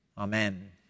Amen